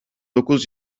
dokuz